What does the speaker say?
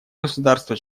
государства